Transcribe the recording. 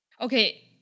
Okay